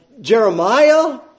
Jeremiah